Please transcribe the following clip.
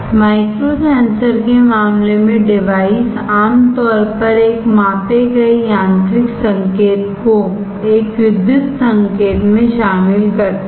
micro sensor के मामले में डिवाइसआमतौर पर एक मापे गए यांत्रिक संकेत को एक विद्युत संकेत में शामिल करता है